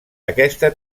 aquesta